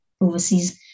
overseas